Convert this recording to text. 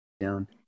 down